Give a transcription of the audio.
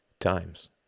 times